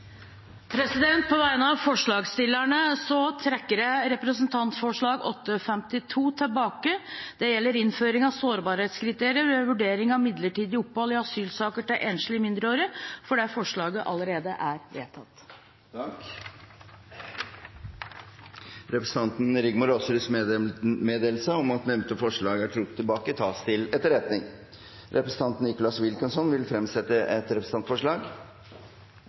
På vegne av forslagsstillerne trekker jeg Representantforslag 52 S. Det gjelder innføring av sårbarhetskriterier ved vurdering av midlertidig opphold i asylsaker til enslige mindreårige fordi forslaget allerede er vedtatt. Representanten Rigmor Aasruds meddelelse om at nevnte forslag er trukket tilbake, tas til etterretning. Representanten Nicholas Wilkinson vil fremsette et representantforslag.